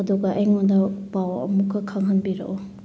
ꯑꯗꯨꯒ ꯑꯩꯉꯣꯟꯗ ꯄꯥꯎ ꯑꯃꯨꯛꯀ ꯈꯪꯍꯟꯕꯤꯔꯛꯑꯣ